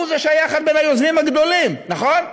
הוא היה בין היוזמים הגדולים, נכון?